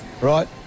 Right